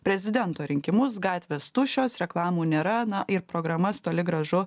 prezidento rinkimus gatvės tuščios reklamų nėra na ir programas toli gražu